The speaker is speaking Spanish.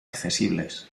accesibles